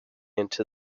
into